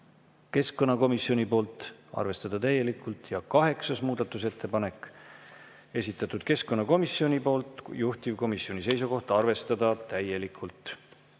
keskkonnakomisjoni poolt, arvestada täielikult. Ja kaheksas muudatusettepanek, esitatud keskkonnakomisjoni poolt, juhtivkomisjoni seisukoht on arvestada täielikult.